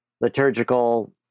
liturgical